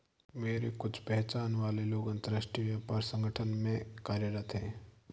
मेरे कुछ पहचान वाले लोग अंतर्राष्ट्रीय व्यापार संगठन में कार्यरत है